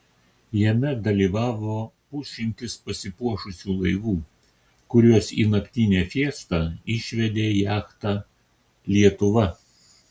jame dalyvavo pusšimtis pasipuošusių laivų kuriuos į naktinę fiestą išvedė jachta lietuva